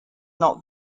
not